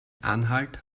anhalt